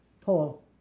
Paul